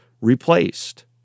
replaced